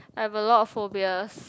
I have a lot of phobias